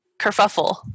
kerfuffle